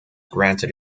granted